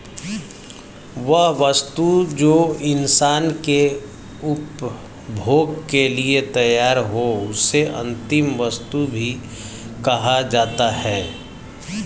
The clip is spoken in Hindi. वह वस्तु जो इंसान के उपभोग के लिए तैयार हो उसे अंतिम वस्तु भी कहा जाता है